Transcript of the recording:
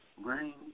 rain